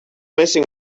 missing